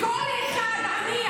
כל אחד שעני,